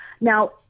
Now